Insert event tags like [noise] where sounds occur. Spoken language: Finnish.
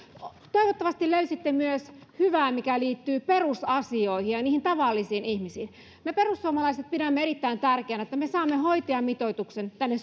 toivottavasti löysitte myös hyvää mikä liittyy perusasioihin ja ja niihin tavallisiin ihmisiin me perussuomalaiset pidämme erittäin tärkeänä että me saamme hoitajamitoituksen tänne [unintelligible]